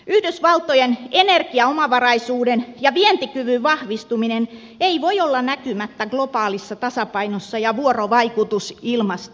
yhdysvaltojen energiaomavaraisuuden ja vientikyvyn vahvistuminen ei voi olla näkymättä globaalissa tasapainossa ja vuorovaikutusilmastossa